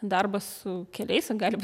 darbas su keliais o gali būt